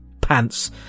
pants